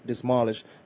demolished